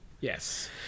Yes